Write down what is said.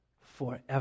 forever